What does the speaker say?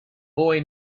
boy